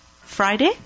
Friday